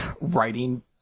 writing